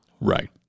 Right